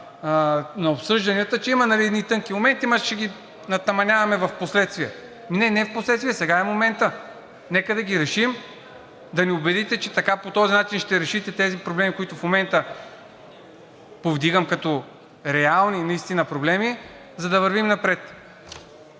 на обсъжданията, че има едни тънки моменти, но ще ги натаманяваме впоследствие. Не, не впоследствие, сега е моментът. Нека да ги решим, да ни убедите, че така по този начин ще решите тези проблеми, които в момента повдигам като реални наистина проблеми, за да вървим напред.